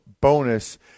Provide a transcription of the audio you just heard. bonus